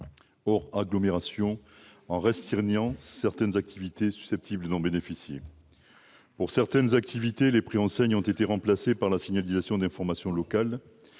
hors agglomération, en restreignant certaines activités susceptibles d'en bénéficier. Pour certaines activités, les préenseignes ont été remplacées par la signalisation d'informations locales-